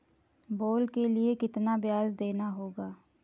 Loan के लिए कितना ब्याज देना होगा?